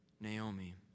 Naomi